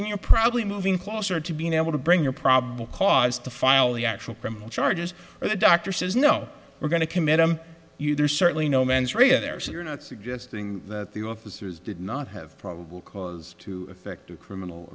and you're probably moving closer to being able to bring your probable cause to file the actual criminal charges and the doctor says no we're going to commit you there's certainly no mens rea you there so you're not suggesting that the officers did not have probable cause to effect a criminal